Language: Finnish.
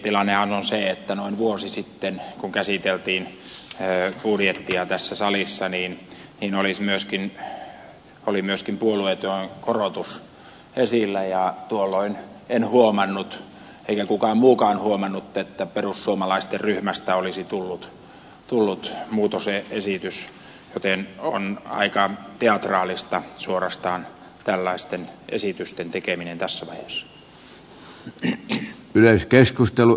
tilannehan on se että noin vuosi sitten kun käsiteltiin budjettia tässä salissa oli myöskin puoluetuen korotus esillä ja tuolloin en huomannut eikä kukaan muukaan huomannut että perussuomalaisten ryhmästä olisi tullut muutosesitys joten on aika teatraalista suorastaan tällaisten esitysten tekeminen tässä vaiheessa